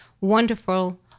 wonderful